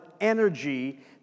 energy